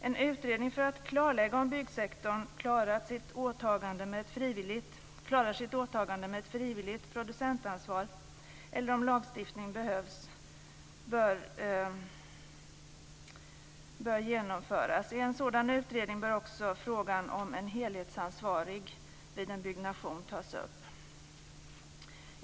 En utredning för att klarlägga om byggsektorn klarar sitt åtagande med ett frivilligt producentansvar eller om lagstiftning behövs bör genomföras. I en sådan utredning bör också frågan om en helhetsansvarig vid en byggnation tas upp.